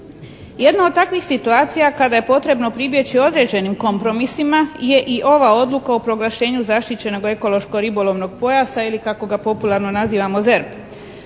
Jedna od takvih situacija kada je potrebno pribjeći određenim kompromisima je i ova Odluka o proglašenju zaštićenog ekološko-ribolovnog pojasa ili kako ga popularno nazivamo ZERP.